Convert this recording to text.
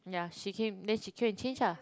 yeah she came then she came change ah